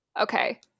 okay